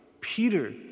peter